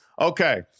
okay